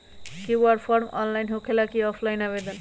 QR form online होकेला कि offline आवेदन?